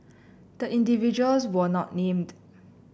the individuals were not named